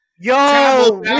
Yo